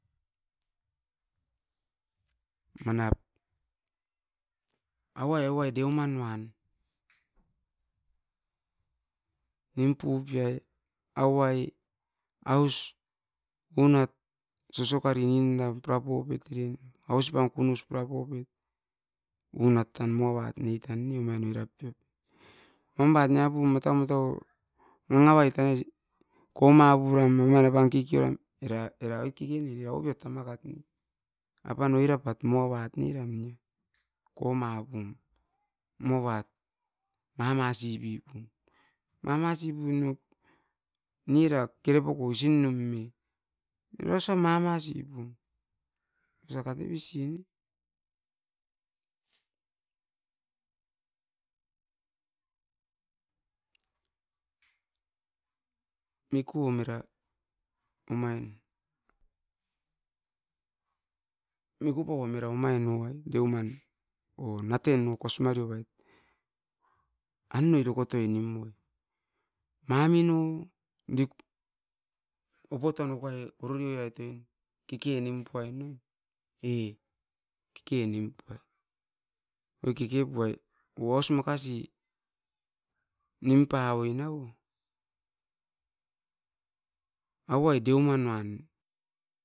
Manap auai auain deumanuan nimpupia ai auai aus unat sosokari ninda purapupivait ere ausipan kunus purapupit unat tan moavat netan ne oirap piom ambat niopum matau nangavai tanai komapuram omoin apan kekeoram era era oit keke nen era oirat tamakat ne apan oirat tamakapat neram nia komapun moavat mamasipun mamasipuperam niera kerepoko isinomi osia mama sipipun osia katevisin mikum era omain mikupauam era omain oh ai deuman oh naten kosimareovait andoi dokotoi nimuoi mamino diku opotuan opai orororiovait oin keke nimpuai na oin eh keke nimpuai. Oi kekepuai os aus makasi nimpavoi na oh auai deumanoan